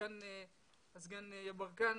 סגן השר יברקן,